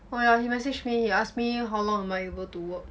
well he message me he ask me how long am I able to work